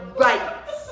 rights